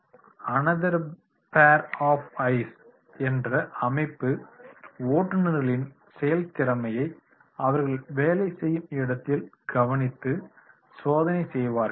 "another pair of eyes என்ற அமைப்பு ஓட்டுநர்களின் செயல்திறமையை அவர்கள் வேலை செய்யும் இடத்தில் கவனித்து சோதனை செய்வார்கள்